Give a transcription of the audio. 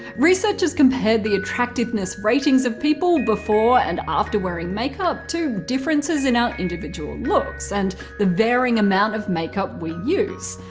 researchers compared the attractiveness ratings of people before and after wearing makeup to differences in our individuals looks and the varying amount of makeup we use.